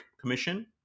Commission